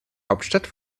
hauptstadt